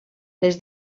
les